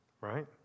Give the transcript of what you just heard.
right